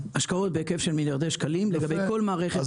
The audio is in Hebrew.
השקעות בהיקף של מיליארדי שקלים לגבי כל מערכת ההולכה והחלוקה.